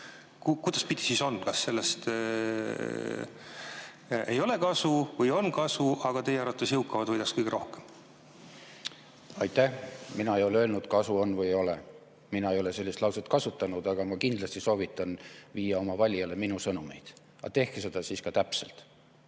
Kuidaspidi siis on? Kas sellest ei ole kasu või on kasu? Aga teie arvates jõukamad võidaks kõige rohkem. Aitäh! Mina ei ole öelnud, kas kasu on või ei ole. Mina ei ole sellist lauset kasutanud. Ma kindlasti soovitan viia oma valijale minu sõnumeid, aga tehke seda siis ka täpselt,